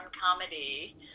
comedy